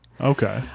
Okay